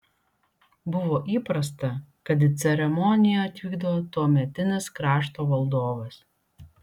buvo įprasta kad į ceremoniją atvykdavo tuometinis krašto valdovas